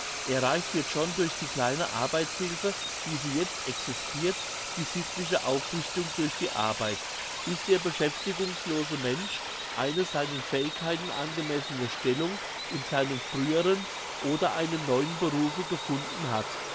erreicht wird schon durch die kleine arbeitshilfe wie sie jetzt existirt die sittliche aufrichtung durch die arbeit bis der beschäftigungslose mensch eine seinen fähigkeiten angemessene stellung in seinem früheren oder einem neuen berufe gefunden hat